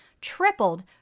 tripled